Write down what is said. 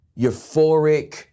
euphoric